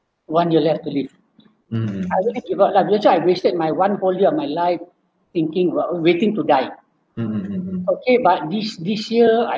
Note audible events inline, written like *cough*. one year left to live *noise* I already give up lah that's why I wasted my one whole year of my life thinking about waiting to die *noise* okay but this this year I